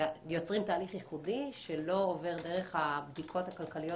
יוצרים תהליך ייחודי שלא עובר דרך הבדיקות הכלכליות